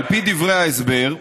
על פי דברי ההסבר,